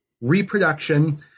reproduction